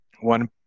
one